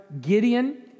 Gideon